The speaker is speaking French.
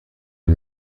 les